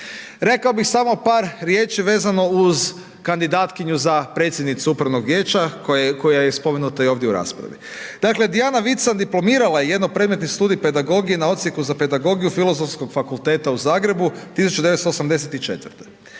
Rekao bih samo par riječi vezano uz kandidatkinju za predsjednicu upravnog vijeća, koja je spomenuta i ovdje u raspravi. Dakle, Dijana Vican diplomirala je jednopredmetni studij pedagogije na Odsjeku za pedagogiju Filozofskog fakulteta u Zagrebu, 1984.